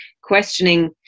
questioning